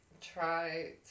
try